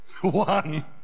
One